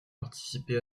participé